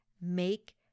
make